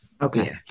okay